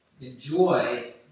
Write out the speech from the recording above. Enjoy